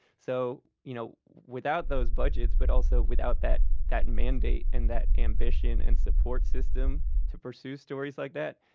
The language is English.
so you know without those budgets, but also without that that mandate, and that ambition and support system to pursue stories like that,